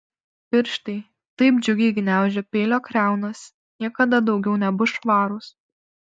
pirštai taip džiugiai gniaužę peilio kriaunas niekada daugiau nebus švarūs